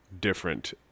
different